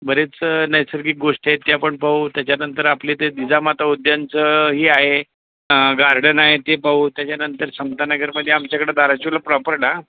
बरेच नैसर्गिक गोष्टी आहेत त्या पण पाहू त्याच्यानंतर आपल्या इथे जिजामाता उद्यानाचं हे आहे गार्डन आहे ते पाहू त्याच्यानंतर समतानगरमध्ये आमच्याकडं धाराशिवला प्रॉपरडा